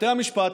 בתי המשפט,